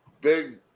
big